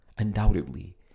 undoubtedly